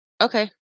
Okay